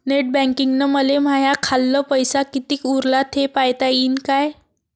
Net बँकिंगनं मले माह्या खाल्ल पैसा कितीक उरला थे पायता यीन काय?